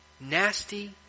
nasty